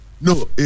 no